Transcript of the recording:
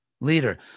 leader